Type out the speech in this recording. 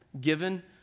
given